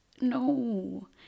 no